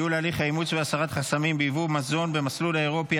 ייעול הליך האימוץ והסרת חסמים ביבוא מזון במסלול האירופי),